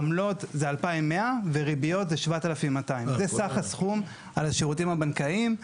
עמלות זה 2,100 וריביות זה 7,200. זה סך הסכום על השירותים הבנקאיים.